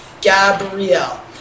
Gabrielle